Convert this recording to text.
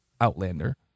Outlander